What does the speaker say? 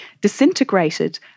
disintegrated